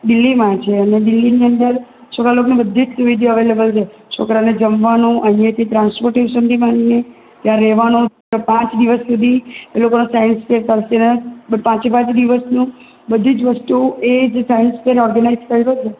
દિલ્હીમાં છે અને દિલ્હીની અંદર છોકરા લોકોને બધી જ સુવિધા અવેલેબલ છે છોકરાને જમવાનું અહીંયાથી ટ્રાન્સપોર્ટેશનથી માંડીને ત્યાં રહેવાનું ત્યાં પાંચ દિવસ સુધી એ લોકોનો સાઇન્સ ફેર પરફીરન્સ પાંચે પાંચ દિવસનું બધી જ વસ્તુ એ જે સાઇન્સ ફેર ઓર્ગેનાઈજ કર્યો છે